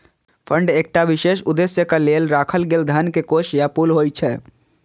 fund एकटा विशेष उद्देश्यक लेल राखल गेल धन के कोष या पुल होइ छै